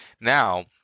now